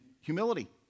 humility